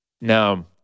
Now